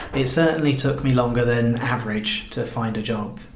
it certainly took me longer than average to find a job.